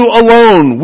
alone